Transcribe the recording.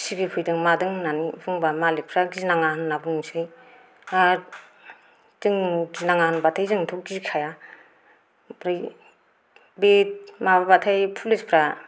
सिगिफैदों मादों होननानै बुंबा मालिकफ्रा गिनाङा होनना बुंनोसै आरो जों गिनाङा होनबाथ' जों गिखाया आमफ्राय बे नारबाथाय पुलिसफ्रा